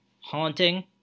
haunting